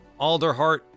Alderheart